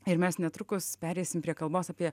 ir mes netrukus pereisim prie kalbos apie